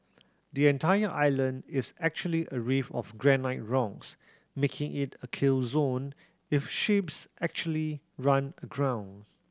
the entire island is actually a reef of granite rocks making it a kill zone if ships actually run aground